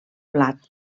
blat